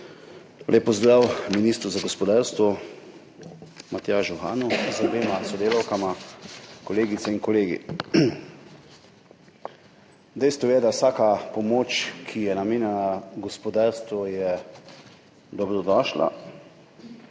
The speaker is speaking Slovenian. Lep pozdrav ministru za gospodarstvo Matjažu Hanu z obema sodelavkama, kolegice in kolegi! Dejstvo je, da je vsaka pomoč, ki je namenjena gospodarstvu, dobrodošla,